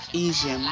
Easy